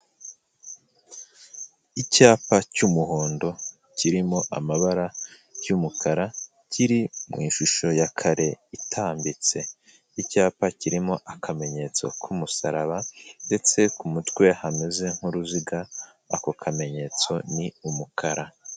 Icyapa cy'umuhondo kirimo amabara y'umukara, kiri mu ishusho ya kare itambitse. Icyapa kirimo akamenyetso k'umusaraba ndetse ku mutwe hameze nk'uruziga, ako kamenyetso ni umukara.